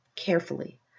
carefully